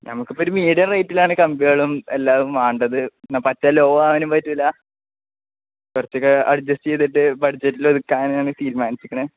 നമുക്കിപ്പോള് ഒരു മീഡിയം റേറ്റിലാണ് കമ്പികളും എല്ലാം വേണ്ടത് എന്നാല് പറ്റ ലോ ആകാനും പറ്റില്ല കുറച്ചൊക്കെ അഡ്ജസ്റ്റ് ചെയ്തിട്ട് ബഡ്ജറ്റിലൊതുക്കാനാണ് തീരുമാനിച്ചിരിക്കുന്നത്